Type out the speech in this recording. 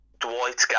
Dwight